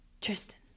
Tristan